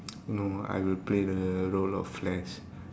no I will play the role of Flash